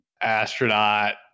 astronaut